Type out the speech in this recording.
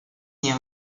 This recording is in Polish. nie